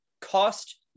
cost